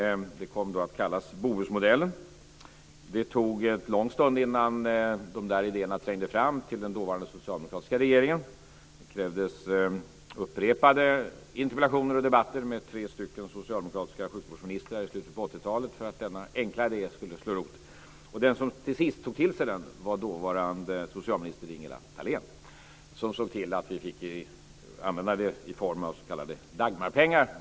Den kom att kallas Bohusmodellen. Det tog en rätt lång stund innan de här idéerna trängde fram till den dåvarande socialdemokratiska regeringen. Det krävdes upprepade interpellationer och debatter med tre socialdemokratiska sjukvårdsministrar i slutet av 80-talet för att denna enkla idé skulle slå rot. Den som till sist tog till sig den var dåvarande socialminister Ingela Thalén. Hon såg till att vi fick använda det här i form av s.k. Dagmarpengar.